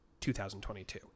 2022